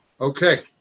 okay